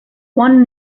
one